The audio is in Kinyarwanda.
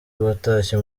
watashye